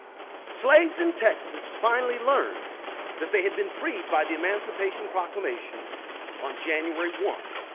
slaves in texas finally learned that they had been freed by the emancipation proclamation on january one,